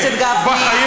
גפני, בושה.